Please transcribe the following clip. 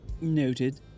Noted